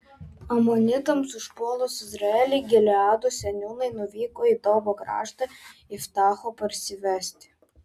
amonitams užpuolus izraelį gileado seniūnai nuvyko į tobo kraštą iftacho parsivesti